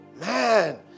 Man